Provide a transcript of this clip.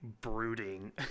brooding